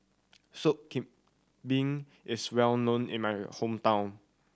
Sop Kambing is well known in my hometown